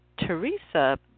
Teresa